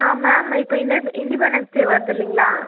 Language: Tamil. ஆ மேம் இப்போ இன்ன இண்டிபெண்டன்ஸ் டே வருது இல்லைங்களா